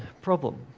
problem